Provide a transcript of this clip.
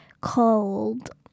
called